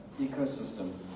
ecosystem